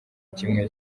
kimwe